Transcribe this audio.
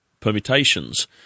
permutations